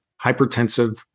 hypertensive